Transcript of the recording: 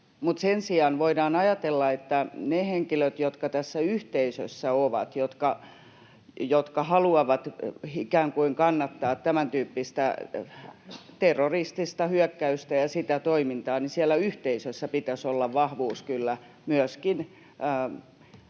Mutta sen sijaan voidaan ajatella, että jos siellä yhteisössä on henkilöitä, jotka haluavat ikään kuin kannattaa tämäntyyppistä terroristista hyökkäystä ja sitä toimintaa, niin siellä yhteisössä pitäisi olla vahvuus kyllä